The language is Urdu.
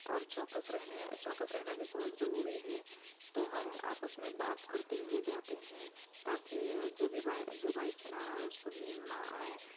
اور چوکس رہنے چوکس رہنا بھی بہت ضروری ہے تو ہم آپس میں بات کرتے ہوئے جاتے ہیں تاکہ جو بھی جو بائیک چلا رہا ہے اس کو نیند نہ آئے